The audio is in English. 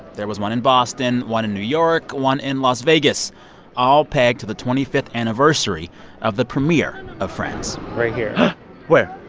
there was one in boston, one in new york, one in las vegas all pegged to the twenty fifth anniversary of the premiere of friends. right here where?